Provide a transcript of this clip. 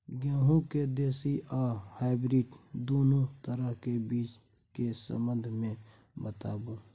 गेहूँ के देसी आ हाइब्रिड दुनू तरह के बीज के संबंध मे बताबू?